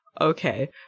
Okay